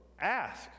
Ask